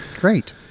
great